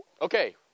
Okay